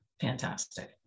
fantastic